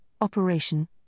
operation